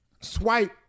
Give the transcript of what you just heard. swipe